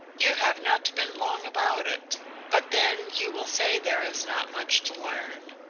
you have not been long about it but then, you will say there is not much to learn.